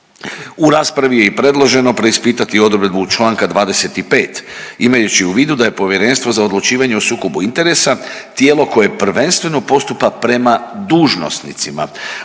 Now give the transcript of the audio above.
U raspravi je i predloženo preispitat odredbu čl. 25. imajući u vidu da je Povjerenstvo za odlučivanje o sukobu interesa tijelo koje prvenstveno postupa prema dužnosnicima,